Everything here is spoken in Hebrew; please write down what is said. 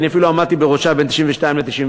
אני אפילו עמדתי בראשה בין 1992 ל-1996.